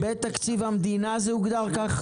משנת 2021 לשנת 2022. בתקציב המדינה זה הוגדר כך?